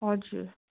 हजुर